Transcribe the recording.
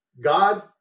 God